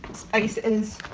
spices